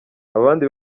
abandi